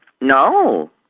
No